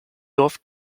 dorf